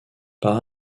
par